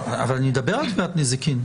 אבל אני מדבר על תביעת נזיקין.